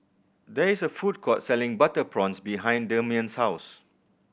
there is a food court selling butter prawns behind Demian's house